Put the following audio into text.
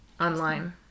online